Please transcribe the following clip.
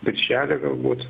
birželį galbūt